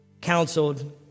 counseled